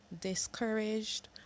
discouraged